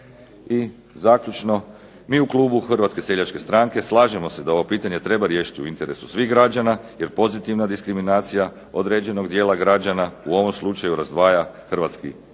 I zaključno, mi u klubu HSS-a slažemo se da ovo pitanje treba riješiti u interesu svih građana jer pozitivna diskriminacija određenog dijela građana u ovom slučaju razdvaja hrvatski